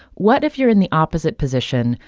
what if you're in the opposite position?